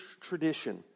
tradition